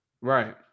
Right